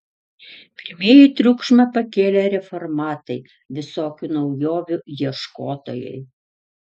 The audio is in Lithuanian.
pirmieji triukšmą pakėlė reformatai visokių naujovių ieškotojai